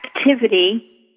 activity